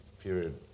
period